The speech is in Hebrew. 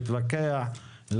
להתווכח,